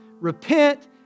Repent